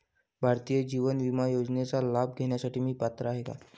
भारतीय जीवन विमा योजनेचा लाभ घेण्यासाठी मी पात्र आहे का?